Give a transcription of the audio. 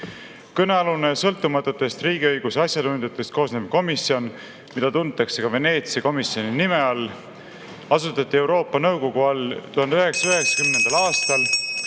Kõnealune sõltumatutest riigiõiguse asjatundjatest koosnev komisjon, mida tuntakse ka Veneetsia komisjoni nime all, asutati Euroopa Nõukogu all 1990. aastal